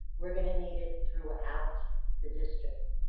we're gonna need it throughout the district.